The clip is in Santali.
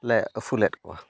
ᱞᱮ ᱟᱹᱥᱩᱞᱮᱫ ᱠᱚᱣᱟ